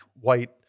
white